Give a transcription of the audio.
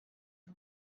آخه